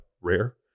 rare